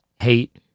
hate